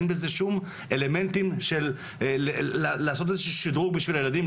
אין בזה שום אלמנטים של שדרוג הילדים,